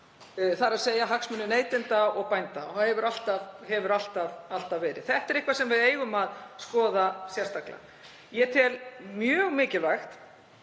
saman, þ.e. hagsmunir neytenda og bænda, og hafi alltaf gert. Þetta er eitthvað sem við eigum að skoða sérstaklega. Ég tel mjög mikilvægt